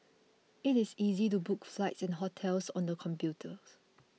it is easy to book flights and hotels on the computers